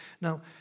Now